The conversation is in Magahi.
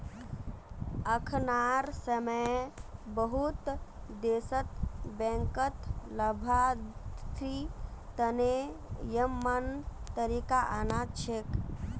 अखनार समय बहुत देशत बैंकत लाभार्थी तने यममन तरीका आना छोक